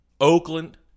Oakland